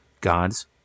God's